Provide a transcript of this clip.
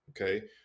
Okay